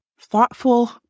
thoughtful